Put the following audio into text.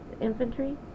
infantry